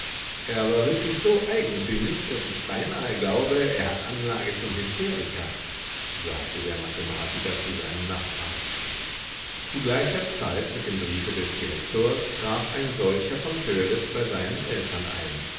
er war wirklich so eigentümlich daß ich beinahe glaube er hat anlage zum hysteriker sagte der mathematiker zu seinem nachbar zu gleicher zeit mit dem briefe des direktors traf ein solcher von törleß bei seinen eltern ein